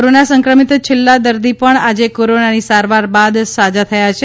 corona સંક્રમિત છેલ્લા દર્દી પણ આજે કોરોનાની સારવાર બાદ સાજા થયા છે